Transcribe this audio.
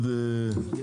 אני?